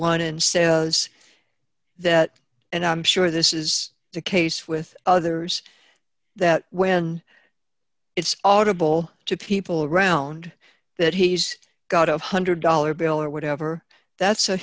one and says that and i'm sure this is the case with others that when it's audible to people around that he's got of one hundred dollars bill or whatever that